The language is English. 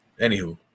Anywho